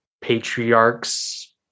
patriarchs